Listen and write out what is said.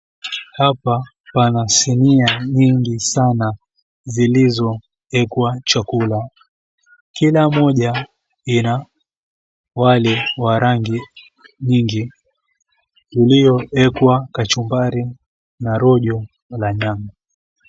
Hapa pana sinia nyingi sana zilizopikwa chakula. Kila moja ina wali wa rangi nyingi iliyoekwa kachumbari na rojo la nyama.